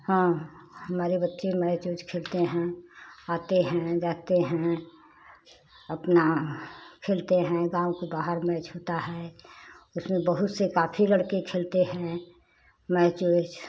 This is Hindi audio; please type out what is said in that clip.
हाँ हमारे बच्चे मैच उच खेलते हैं आते हैं जाते हैं अपना खेलते हैं गाँव के बाहर मैच होता है उसमें बहुत से काफी लड़के खेलते हैं मैच उच